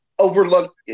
overlooked